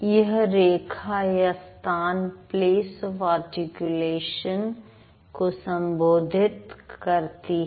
यह रेखा या स्थान प्लेस ऑफ आर्टिकुलेशन को संबोधित करती है